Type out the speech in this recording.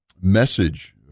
message